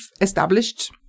established